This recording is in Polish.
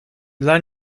dla